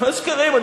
מה שקרים?